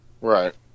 Right